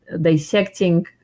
dissecting